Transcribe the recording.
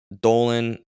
Dolan